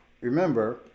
remember